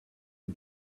you